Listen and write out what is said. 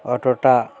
অটোটা